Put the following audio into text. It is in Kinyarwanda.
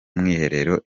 mwiherero